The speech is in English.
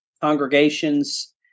congregations